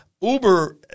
Uber